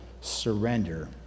surrender